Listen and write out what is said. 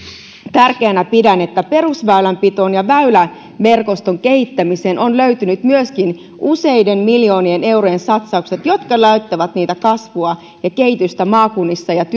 tärkeänä pidän sitä että perusväylänpitoon ja väyläverkoston kehittämiseen on löytynyt myöskin useiden miljoonien eurojen satsaukset jotka laittavat liikenteeseen sitä kasvua ja kehitystä maakunnissa ja